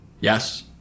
yes